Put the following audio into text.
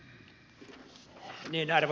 arvoisa puhemies